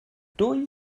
dwy